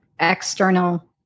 external